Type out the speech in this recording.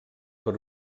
per